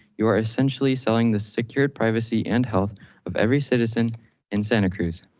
you are essentially selling the security, privacy, and health of every citizen in santa cruz.